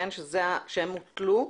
שהם הוטלו,